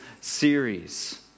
series